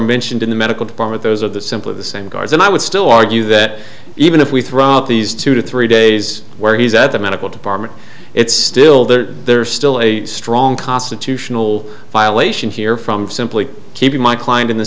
mentioned in the medical department those are the simply the same guards and i would still argue that even if we throw out these two to three days where he's at the medical department it's still there there's still a strong constitution will violation here from simply keeping my client in the